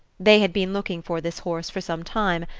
they had been looking for this horse for some time,